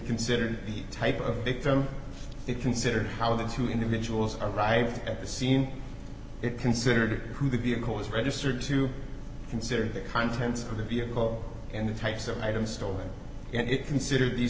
considered the type of victim they considered how the two individuals arrived at the scene it considered who the vehicle was registered to consider the contents of the vehicle and the types of items stolen and it consider these